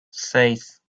seis